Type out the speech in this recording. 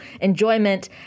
enjoyment